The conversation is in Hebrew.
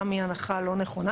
גם היא הנחה לא נכונה.